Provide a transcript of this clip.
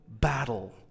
battle